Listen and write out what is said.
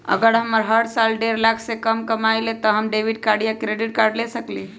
अगर हम हर साल डेढ़ लाख से कम कमावईले त का हम डेबिट कार्ड या क्रेडिट कार्ड ले सकली ह?